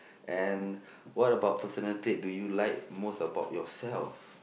and what about personal trait do you like most about yourself